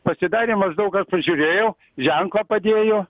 pasidarė maždaug aš pažiurėjau ženklą padėjo